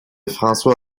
françois